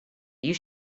you